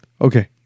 Okay